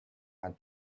and